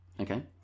okay